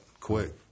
quick